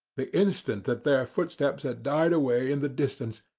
the instant that their footsteps had died away in the distance,